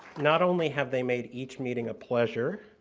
not only have they made each meeting a pleasure,